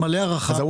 זה.